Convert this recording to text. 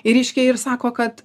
ir reiškia ir sako kad